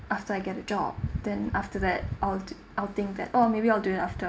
after I get a job than after that I'll t~ I'll think that oh maybe I'll do it after